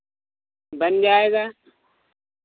बन जाएगा